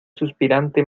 suspirante